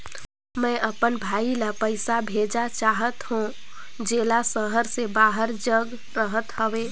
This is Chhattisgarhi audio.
मैं अपन भाई ल पइसा भेजा चाहत हों, जेला शहर से बाहर जग रहत हवे